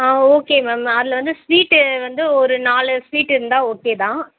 ஆ okay ma'am அதில் வந்து sweet வந்து ஒரு நாலு ஸ்வீட்டு இருந்தால் ஓகே தான்